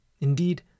Indeed